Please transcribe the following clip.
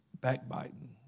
backbiting